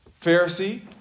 Pharisee